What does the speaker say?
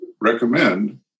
recommend